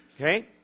Okay